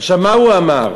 עכשיו, מה הוא אמר?